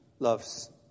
loves